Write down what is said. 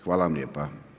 Hvala vam lijepa.